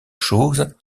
choses